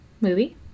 movie